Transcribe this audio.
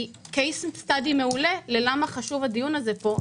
היא קייס סטאדי מעולה ללמה חשוב הדיון הזה פה,